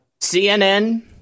cnn